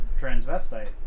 transvestite